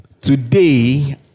today